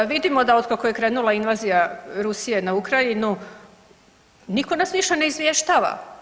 Vidimo da od kako je krenula invazija Rusije na Ukrajinu niko nas više ne izvještava.